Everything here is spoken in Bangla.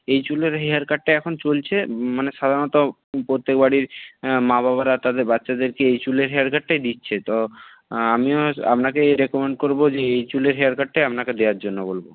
এই চুলের হেয়ার কাটটা এখন চলছে মানে সাধারণত প্রত্যেকবারই মা বাবারা তাদের বাচ্চাদেরকে এই চুলের হেয়ার কাটটাই দিচ্ছে তো আমিও আপনাকে এই রেকমেন্ড করব যে এই চুলের হেয়ার কাটটাই আপনাকে দেওয়ার জন্য বলব